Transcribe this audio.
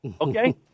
okay